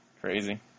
Crazy